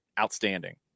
outstanding